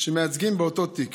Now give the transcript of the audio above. שמייצגים באותו תיק